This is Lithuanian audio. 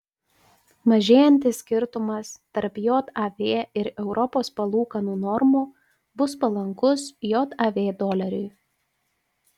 mažėjantis skirtumas tarp jav ir europos palūkanų normų bus palankus jav doleriui